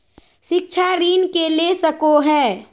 शिक्षा ऋण के ले सको है?